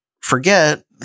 forget